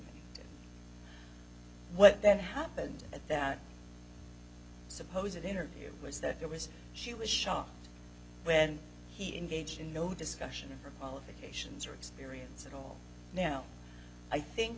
what then happened at that supposedly interview was that it was she was shocked when he engaged in no discussion of her qualifications or experience at all now i think